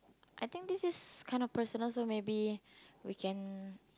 I think this is kind of personal so maybe we can